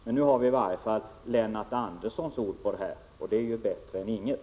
Men nu har vi i varje fall Lennart Anderssons ord på detta, och det är ju bättre än inget.